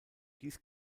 dies